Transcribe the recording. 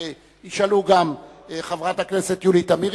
ישאלו גם חברת הכנסת יולי תמיר,